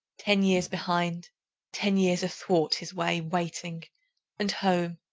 ten years behind ten years athwart his way waiting and home,